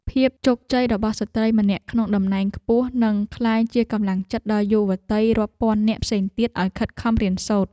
ភាពជោគជ័យរបស់ស្ត្រីម្នាក់ក្នុងតំណែងខ្ពស់នឹងក្លាយជាកម្លាំងចិត្តដល់យុវតីរាប់ពាន់នាក់ផ្សេងទៀតឱ្យខិតខំរៀនសូត្រ។